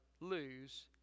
lose